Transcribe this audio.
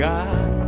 God